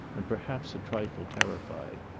and perhaps a trifle terrified.